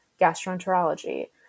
gastroenterology